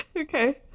Okay